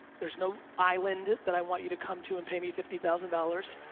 there's no island that i want you to come to and pay me fifty thousand dollars.